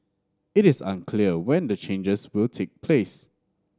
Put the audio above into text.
it is unclear when the changes will take place